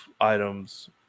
items